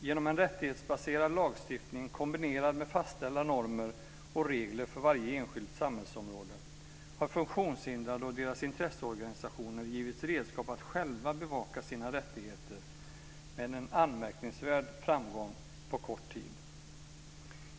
Genom en rättighetsbaserad lagstiftning kombinerad med fastställda normer och regler för varje enskilt samhällsområde har funktionshindrade och deras intresseorganisationer givits redskap att själva bevaka sina rättigheter, med en anmärkningsvärd framgång på kort tid.